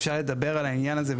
אפשר לדבר על העניין הזה,